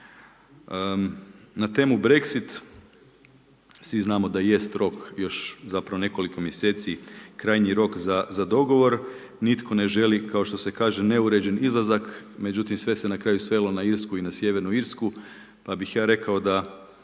Na temu Brexit svi znamo da jest rok još zapravo nekoliko mjeseci, krajnji rok za dogovor, nitko ne želi kao što se kaže neuredan izlazak međutim sve se na kraju svelo na Irsku i na Sjevernu Irsku pa bih ja rekao da